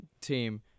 team